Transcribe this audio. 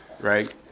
right